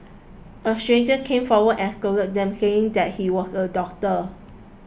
a stranger came forward and scolded them saying that he was a doctor